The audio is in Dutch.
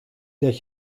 dat